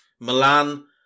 Milan